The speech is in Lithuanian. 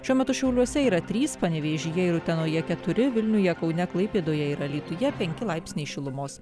šiuo metu šiauliuose yra trys panevėžyje ir utenoje keturi vilniuje kaune klaipėdoje ir alytuje penki laipsniai šilumos